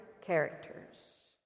characters